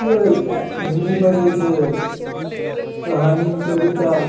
हिन्दीमे जे छै कहानी कविता